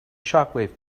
shockwave